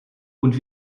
und